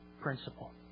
principle